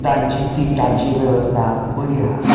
तांची सिटांची वेवस्था बरी आसा